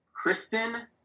Kristen